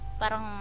Parang